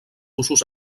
usos